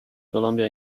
columbia